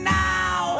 now